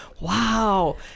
wow